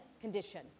condition